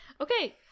Okay